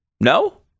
No